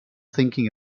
thinking